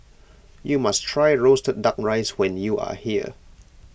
you must try Roasted Duck Rice when you are here